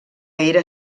era